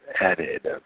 added